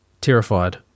terrified